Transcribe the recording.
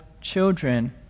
children